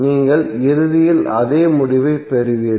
நீங்கள் இறுதியில் அதே முடிவைப் பெறுவீர்கள்